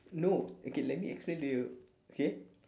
no okay let me explain to you okay